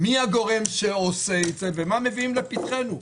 מי הגורם שעושה את זה ומה מביאים לפתחנו.